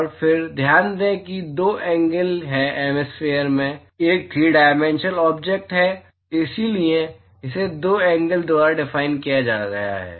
और फिर ध्यान दें कि दो एंगल हैं हेमिस्फेयर एक 3डायमेंशनल ऑब्जेक्ट है इसलिए इसे दो एंगल द्वारा डिफाइन किया गया है